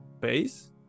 base